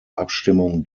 abstimmung